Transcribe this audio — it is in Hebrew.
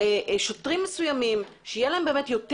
שוטרים מסוימים, שתהיה להם יותר הכשרה,